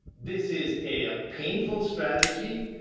this is a ah painful strategy.